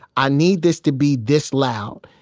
i need this to be this loud.